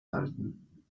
halten